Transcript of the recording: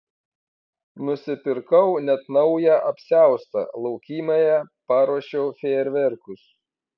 nusipirkau net naują apsiaustą laukymėje paruošiau fejerverkus